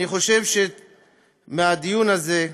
אני חושב שמהדיון הזה,